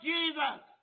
Jesus